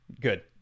Good